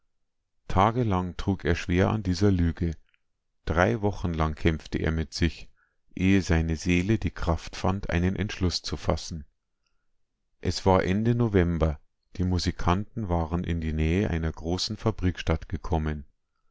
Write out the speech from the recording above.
tagelang trug er schwer an dieser lüge drei wochen lang kämpfte er mit sich ehe seine seele die kraft fand einen entschluß zu fassen es war ende november die musikanten waren in die nähe einer großen fabrikstadt gekommen